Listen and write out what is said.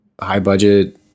high-budget